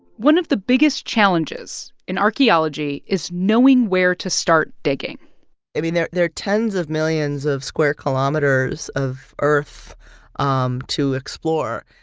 one of the biggest challenges in archaeology is knowing where to start digging i mean, there are tens of millions of square kilometers of earth um to explore.